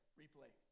replay